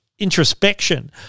introspection